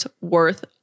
worth